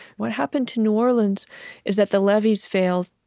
what happened to new orleans is that the levees failed,